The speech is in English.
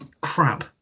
crap